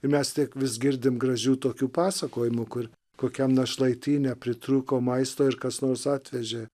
ir mes tik vis girdim gražių tokių pasakojimų kur kokiam našlaityne pritrūko maisto ir kas nors atvežė